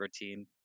routine